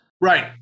Right